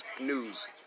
news